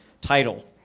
title